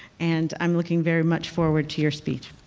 and i'm looking very much forward to your speech.